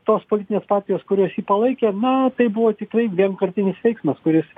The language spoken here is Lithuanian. tos politinės partijos kurios jį palaikė na tai buvo tikrai vienkartinis veiksmas kuris